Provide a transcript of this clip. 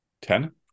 ten